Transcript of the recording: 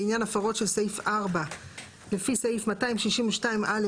לעניין הפרות של סעיף 4 לפי סעיף 262(א)(1א))